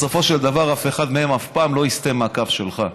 בסופו של דבר אף אחד מהם אף פעם לא יסטה מהקו שלך.